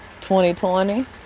2020